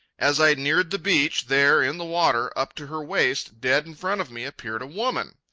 as i neared the beach, there, in the water, up to her waist, dead in front of me, appeared a woman.